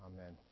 Amen